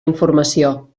informació